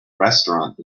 restaurant